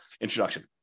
introduction